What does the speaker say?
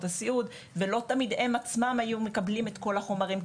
הסיעוד ולא תמיד הם עצמם היו מקבלים את כל החומרים.